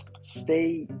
Stay